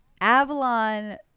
Avalon